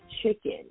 chicken